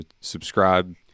subscribe